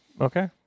Okay